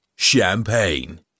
Champagne